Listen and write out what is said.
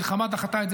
המלחמה דחתה את זה,